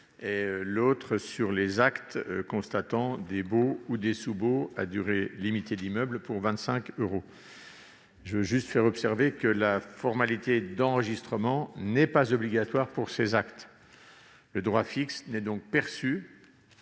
25 euros sur les actes constatant des baux et sous-baux à durée limitée d'immeubles. Je tiens à faire observer que la formalité d'enregistrement n'est pas obligatoire pour ces actes. Le droit fixe n'est donc perçu